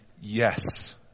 yes